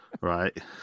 right